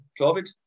COVID